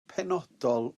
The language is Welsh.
penodol